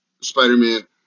Spider-Man